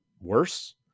worse